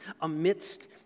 amidst